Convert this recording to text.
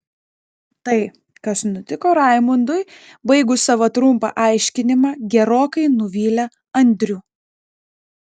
tai kas nutiko raimundui baigus savo trumpą aiškinimą gerokai nuvylė andrių